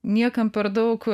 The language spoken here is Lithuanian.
niekam per daug